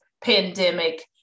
pandemic